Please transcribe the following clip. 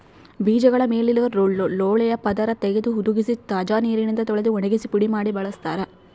ಬೀಜಗಳ ಮೇಲಿರುವ ಲೋಳೆಯ ಪದರ ತೆಗೆದು ಹುದುಗಿಸಿ ತಾಜಾ ನೀರಿನಿಂದ ತೊಳೆದು ಒಣಗಿಸಿ ಪುಡಿ ಮಾಡಿ ಬಳಸ್ತಾರ